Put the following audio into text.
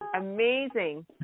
amazing